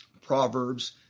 proverbs